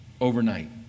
overnight